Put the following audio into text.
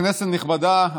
כנסת נכבדה,